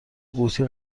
قوطی